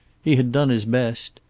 he had done his best.